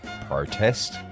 protest